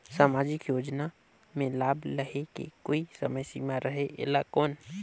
समाजिक योजना मे लाभ लहे के कोई समय सीमा रहे एला कौन?